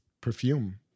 perfume